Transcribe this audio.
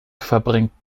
verbringt